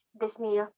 Disney